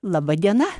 laba diena